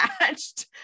attached